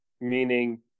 meaning